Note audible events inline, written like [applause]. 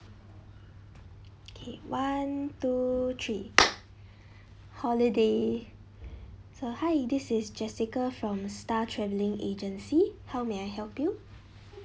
okay one two three [breath] holiday so hi this is jessica from star travelling agency how may I help you